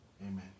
Amen